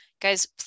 guys